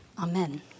Amen